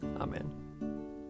Amen